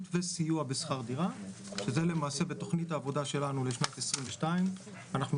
וסיוע בשכר דירה שזה למעשה בתכנית העבודה שלנו לשנת 2022. אנחנו